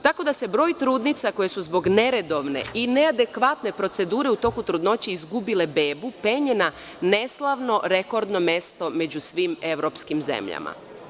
Tako da se broj trudnica koje su zbog neredovne i neadekvatne procedure u toku trudnoće izgubile bebu penje na neslavno rekordno mesto među svim evropskim zemljama.